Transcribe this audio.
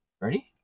Ready